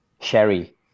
sherry